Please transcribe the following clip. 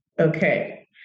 Okay